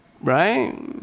right